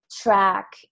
track